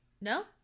No